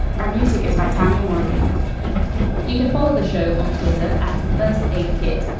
our music is by tanya morgan you can follow the show on twitter at first aid kit.